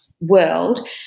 world